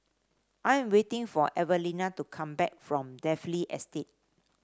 I am waiting for Evelina to come back from Dalvey Estate